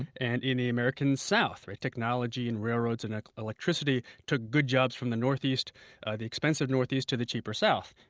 and and in the american south, technology and railroads and electricity took good jobs from the northeast ah the expensive northeast to the cheaper south.